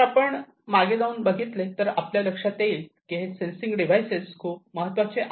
तर आपण मागे जाऊन बघितले तर आपल्या लक्षात येईल की हे सेन्सिंग डिव्हायसेस खूपच महत्त्वाचे आहेत